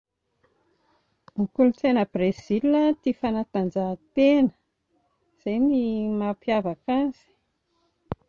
Ny kolotsaina Brezila, tia fanatanjahantena, izay no mampiavaka azy